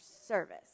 service